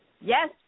Yes